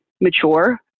mature